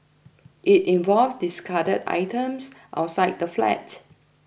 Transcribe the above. it involved discarded items outside the flat